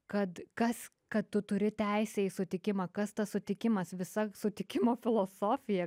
kad kas kad tu turi teisę į sutikimą kas tas sutikimas visa sutikimo filosofija